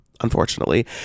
unfortunately